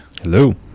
Hello